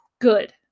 Good